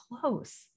close